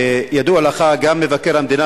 ידוע לך שגם מבקר המדינה,